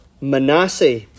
Manasseh